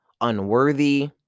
unworthy